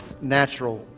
natural